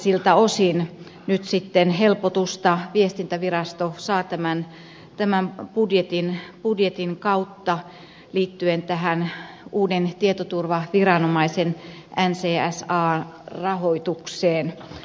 siltä osin viestintävirasto saa nyt sitten helpotusta tämän budjetin kautta liittyen tähän uuden tietoturvaviranomaisen ncsan rahoitukseen